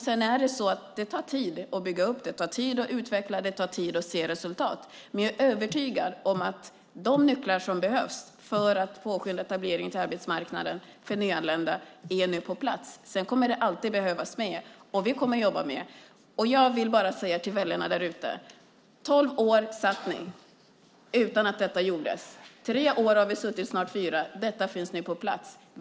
Sedan är det så att detta tar det tid att bygga upp, tar tid att utveckla och att se resultat. Men jag är övertygad om att de nycklar som behövs för att påskynda etableringen på arbetsmarknaden för nyanlända nu är på plats. Sedan kommer det alltid att behövas mer, och vi kommer att jobba mer. Jag vill bara säga till väljarna därute: I tolv år satt den socialdemokratiska regeringen utan att detta gjordes. I tre år, snart fyra, har vi suttit, och detta finns nu på plats.